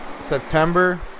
September